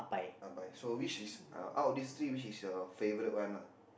bye bye so which is uh out of this three which is your favourite one lah